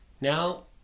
Now